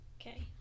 Okay